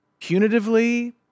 punitively